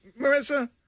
Marissa